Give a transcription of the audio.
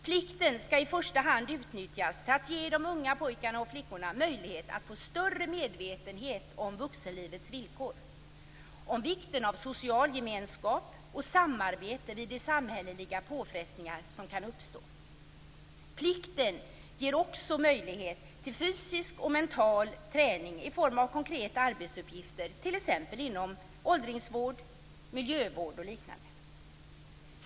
Plikten skall i första hand utnyttjas till att ge de unga pojkarna och flickorna möjlighet att få större medvetenhet om vuxenlivets villkor, om vikten av social gemenskap och samarbete vid de samhälleliga påfrestningar som kan uppstå. Plikten ger också möjlighet till fysisk och mental träning i form av konkreta arbetsuppgifter t.ex. inom åldringsvård, miljövård och liknande.